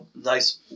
nice